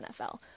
NFL